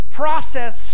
process